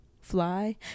Fly